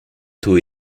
taux